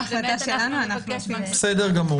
זו החלטה שלנו --- בסדר גמור.